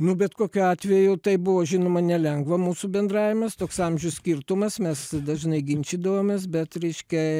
nu bet kokiu atveju tai buvo žinoma nelengva mūsų bendravimas toks amžių skirtumas mes dažnai ginčydavomės bet reiškia